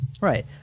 Right